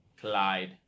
Clyde